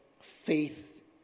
faith